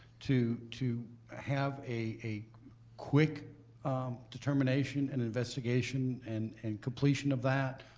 to to have a quick determination and investigation and and completion of that,